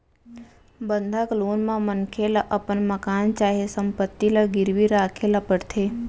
बंधक लोन म मनखे ल अपन मकान चाहे संपत्ति ल गिरवी राखे ल परथे